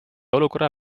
olukorra